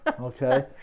Okay